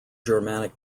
germanic